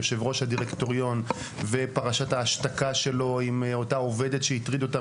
יושב ראש הדירקטוריון ופרשת ההשתקה שלו עם אותה עובדת שהטריד אותה